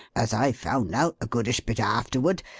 as i found out a goodish bit afterward,